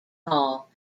hall